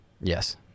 yes